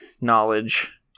knowledge